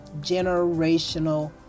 generational